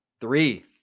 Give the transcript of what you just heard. three